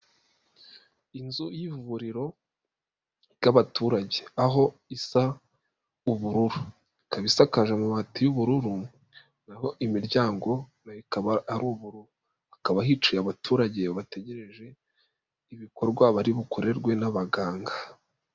Inzu y'ivuriro ry'abaturage aho isa ubururu, ikaba isakaje amabati y'ubururu naho imiryango ikaba ari uburu, hakaba hicaye abaturage bategereje ibikorwa bari bukorerwe n'abaganga.